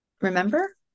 remember